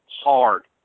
hard